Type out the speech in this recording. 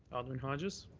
alderman hodges?